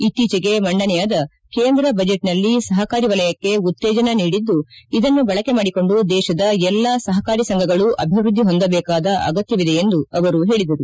ಇತ್ತೀಚೆಗೆ ಮಂಡನೆಯಾದ ಕೇಂದ್ರ ಬಜೆಟ್ನಲ್ಲಿ ಸುಕಾರಿ ವಲಯಕ್ಕೆ ಉತ್ತೇಜನ ನೀಡಿದ್ದು ಇದನ್ನು ಬಳಕೆಮಾಡಿಕೊಂಡು ದೇಶದ ಎಲ್ಲ ಸುಹಾರಿ ಸಂಘಗಳು ಅಭಿವೃದ್ಧಿ ಹೊಂದಬೇಕಾದ ಆಗತ್ಯವಿದೆ ಎಂದು ಹೇಳಿದರು